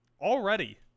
Already